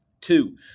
Two